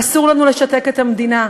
אסור לנו לשתק את המדינה.